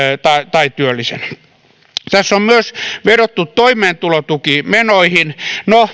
tai työllisenä tässä on myös vedottu toimeentulotukimenoihin no